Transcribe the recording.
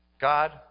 God